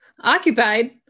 occupied